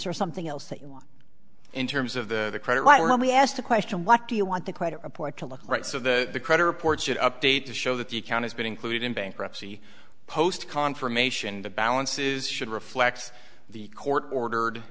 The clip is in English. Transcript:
there something else that you want in terms of the credit why don't we ask the question what do you want the credit report to look right so the credit report should update to show that the account has been included in bankruptcy post confirmation the balance is should reflect the court ordered